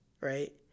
right